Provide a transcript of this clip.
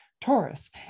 Taurus